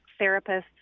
therapists